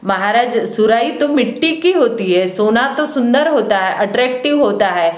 महाराज सुराही तो मिट्टी की होती है सोना तो सुंदर होता है अट्रैक्टिव होता है